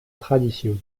tradition